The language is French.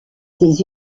des